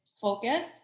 focus